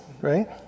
right